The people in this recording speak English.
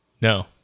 No